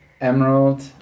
Emerald